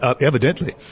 evidently